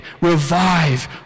revive